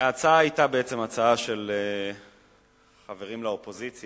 ההצעה היתה בעצם הצעה של חברים מהאופוזיציה,